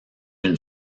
une